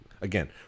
Again